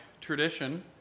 tradition